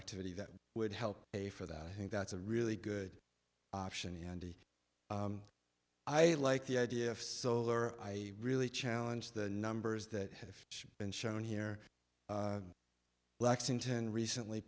activity that would help a for that i think that's a really good option and i like the idea if solar i really challenge the numbers that have been shown here lexington recently